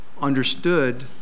Understood